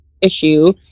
issue